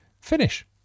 finish